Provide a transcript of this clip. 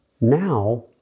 now